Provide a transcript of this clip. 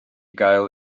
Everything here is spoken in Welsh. gael